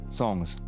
songs